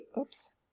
Oops